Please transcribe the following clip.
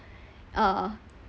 uh